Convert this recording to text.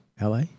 LA